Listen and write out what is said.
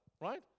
Right